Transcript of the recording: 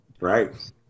Right